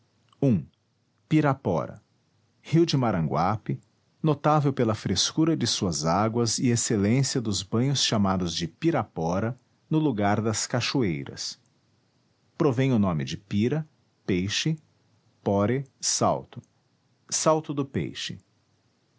i pirapora rio de maranguape notável pela frescura de suas águas e excelência dos banhos chamados de pirapora no lugar das cachoeiras provém o nome de pira peixe pore salto salto do peixe